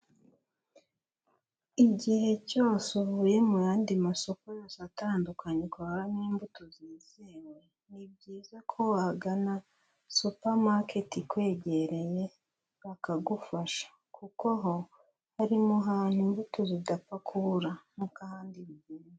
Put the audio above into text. Igihe cyose uvuye mu yandi masoko yose atandukanye ukaburamo imbuto zizewe, ni byiza ko wagana Supermarket ikwegereye bakagufasha, kuko ho, hari mu hantu imbuto zidapfa kubura nk'uko ahandi bigenda.